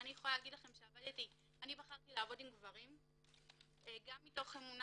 אני בחרתי לעבוד עם גברים גם מתוך אמונה